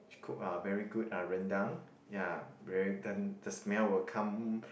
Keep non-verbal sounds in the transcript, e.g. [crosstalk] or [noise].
she cook ah very good ah Rendang ya very [noise] the smell will come